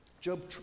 Job